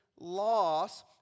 loss